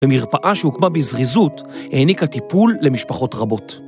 ומרפאה שהוקמה בזריזות העניקה טיפול למשפחות רבות.